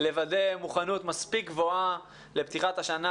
לוודא מוכנות מספיק גבוהה לפתיחת השנה.